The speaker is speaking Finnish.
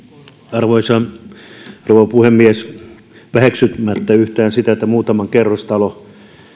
arvoisa rouva puhemies väheksymättä yhtään sitä muutaman kerrostalon